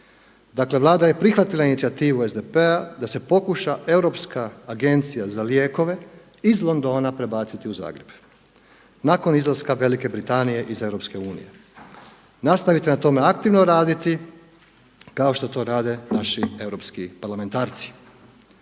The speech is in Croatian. Dakle Vlada je prihvatila inicijativu SDP-a da se pokuša Europska agencija za lijekove iz Londona prebaciti u Zagreb, nakon izlaska Velike Britanije iz EU. Nastavite na tome aktivno raditi kao što to rade naši europski parlamentarci.